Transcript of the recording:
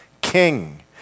king